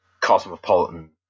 cosmopolitan